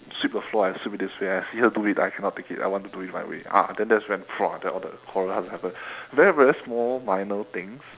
sweep the floor I sweep this way I see her do it I cannot take it I want to do in my way ah then that's when !wah! the the quarrel happen very very small minor things